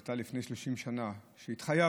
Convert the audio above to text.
שהייתה לפני 30 שנה שהתחייבנו